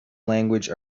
language